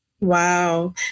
Wow